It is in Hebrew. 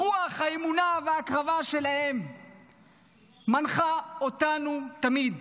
הרוח, האמונה וההקרבה שלהם מנחות אותנו תמיד.